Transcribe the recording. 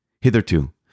Hitherto